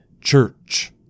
church